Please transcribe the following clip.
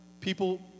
people